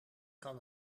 kan